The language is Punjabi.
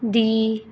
ਦੀ